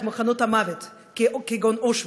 את מחנות המוות, כגון אושוויץ,